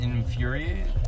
Infuriate